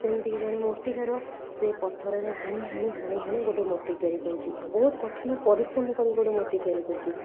ସେମିତି କି ଜଣେ ମୂର୍ତ୍ତିକାର ସେ ପଥରରେ ହାଣି ହାଣି ହାଣି ହାଣି ଗୋଟେ ମୂର୍ତ୍ତି ତିଆରି କରୁଛି ବହୁତ କଠିନ ପରିଶ୍ରମ କରିକି ଗୋଟେ ମୂର୍ତ୍ତି ତିଆରି କରୁଛି